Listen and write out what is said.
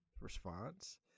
response